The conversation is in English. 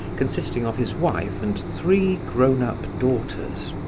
consisting of his wife and three grown-up daughters.